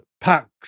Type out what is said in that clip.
packs